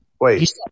Wait